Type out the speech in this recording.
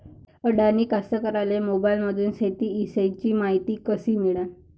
अडानी कास्तकाराइले मोबाईलमंदून शेती इषयीची मायती कशी मिळन?